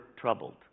troubled